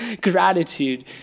gratitude